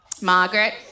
Margaret